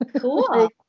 Cool